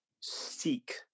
Seek